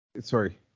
sorry